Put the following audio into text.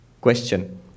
question